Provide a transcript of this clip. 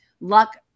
luck